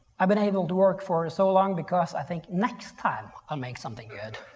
i've been able to work for so long because i think next time, i'll make something good.